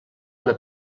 una